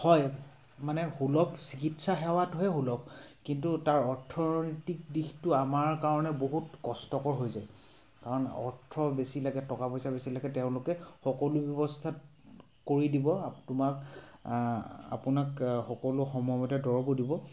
হয় মানে সুলভ চিকিৎসা সেৱাটোহে সুলভ কিন্তু তাৰ অৰ্থনৈতিক দিশটো আমাৰ কাৰণে বহুত কষ্টকৰ হৈ যায় কাৰণ অৰ্থ বেছি লাগে টকা পইচা বেছি লাগে তেওঁলোকে সকলো ব্যৱস্থা কৰি দিব তোমাক আপোনাক সকলো সময়মতে দৰৱো দিব